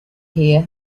hear